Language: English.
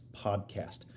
podcast